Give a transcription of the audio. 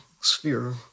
sphere